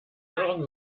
euren